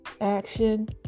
Action